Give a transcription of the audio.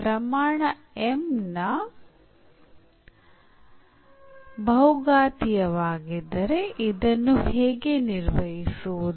ಪ್ರಮಾನ m ನ ಬಹುಘಾತೀಯವಾಗಿದ್ದರೆ ಇದನ್ನು ಹೇಗೆ ನಿರ್ವಹಿಸುವುದು